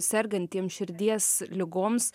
sergantiem širdies ligoms